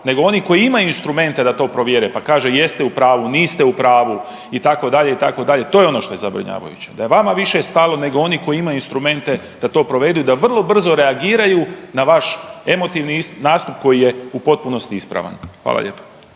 nego oni koji imaju instrumente da to provjere, pa kaže jeste u pravu, niste u pravu itd., itd., to je ono što je zabrinjavajuće. Da je vama više stalo nego oni koji imaju instrumente da to provedu i da vrlo brzo reagiraju na vaš emotivni nastup koji je u potpunosti ispravan. Hvala lijepa.